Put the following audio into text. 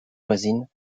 voisine